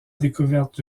découverte